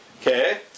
okay